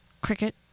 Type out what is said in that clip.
Cricket